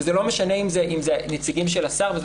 וזה לא משנה אם זה נציגים של השר וזה